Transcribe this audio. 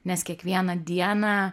nes kiekvieną dieną